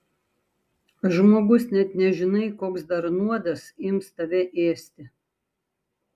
žmogus net nežinai koks dar nuodas ims tave ėsti